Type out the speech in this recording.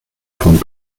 von